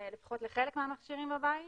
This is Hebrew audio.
לפחות לחלק מהמכשירים בבית